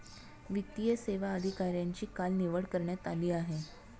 वित्तीय सेवा अधिकाऱ्यांची काल निवड करण्यात आली आहे